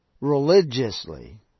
religiously